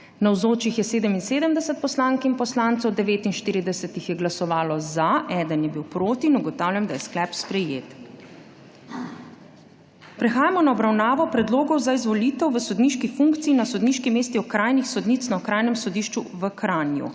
Navzočih je 77 poslank in poslancev, za je glasovalo 49, proti 1. (Za je glasovalo 49.) (Proti 1.) Ugotavljam, da je sklep sprejet. Prehajamo na obravnavo Predlogov za izvolitev v sodniški funkciji na sodniški mesti okrajnih sodnic na Okrajnem sodišču v Kranju.